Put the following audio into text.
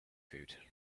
food